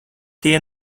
tie